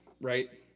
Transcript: right